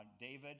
David